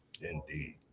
indeed